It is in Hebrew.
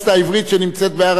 שנמצאת בהר-הצופים.